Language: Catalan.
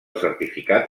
certificat